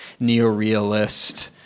neorealist